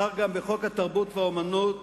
וכך גם בחוק התרבות והאמנות,